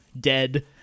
dead